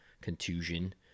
contusion